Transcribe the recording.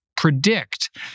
predict